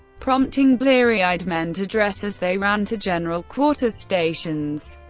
prompting bleary-eyed men to dress as they ran to general quarters stations.